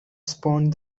spawned